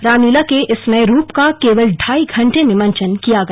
रामलीला के इस नये रूप का केवल ढाई घण्टे में मंचन किया गया